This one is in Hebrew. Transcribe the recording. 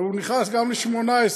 והוא נכנס גם ל-2018.